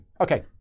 Okay